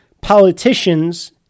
politicians